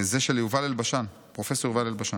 זה של פרופ' יובל אלבשן.